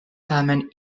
tamen